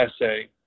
essay